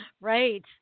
Right